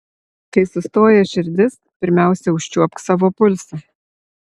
kai sustoja širdis pirmiausia užčiuopk savo pulsą